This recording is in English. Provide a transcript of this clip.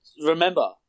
remember